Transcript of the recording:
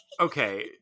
Okay